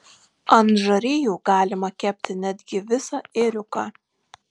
ant žarijų galima kepti netgi visą ėriuką